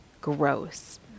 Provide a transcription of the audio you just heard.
Gross